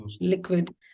liquid